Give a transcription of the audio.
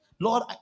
Lord